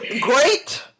Great